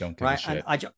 right